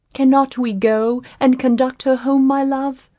cannot we go and conduct her home, my love?